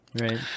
Right